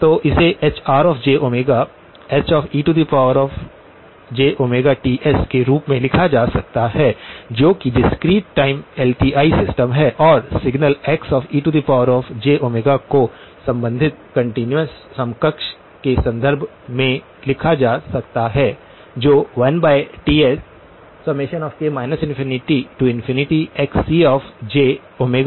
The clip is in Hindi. तो इसे HrjHejTs के रूप में लिखा जा सकता है जो कि discrete time L T I system है और सिग्नल Xejω को संबंधित कंटीन्यूअस समकक्ष के संदर्भ में लिखा जा सकता है जो 1Tsk ∞Xcj k2πTs है ठीक